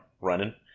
Running